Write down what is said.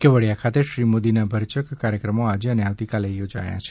કેવડીયા ખાતે શ્રી મોદી ના ભરચક કાર્યકમો આજે અને આવતી કાલે યોજાયા છે